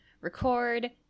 record